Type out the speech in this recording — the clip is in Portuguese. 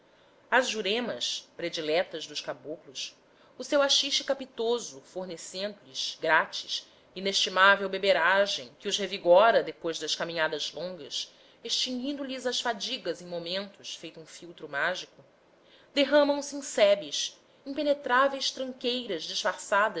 as juremas prediletas dos caboclos o seu haxixe capitoso